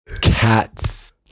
Cats